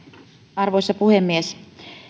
arvoisa puhemies